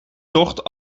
tocht